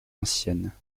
ancienne